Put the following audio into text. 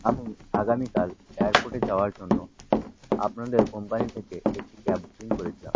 আমি আগামীকাল এয়ারপোটে যাওয়ার জন্য আপনাদের কোম্পানি থেকে একটি ক্যাব বুকিং করেছিলাম